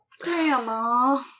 Grandma